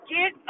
Get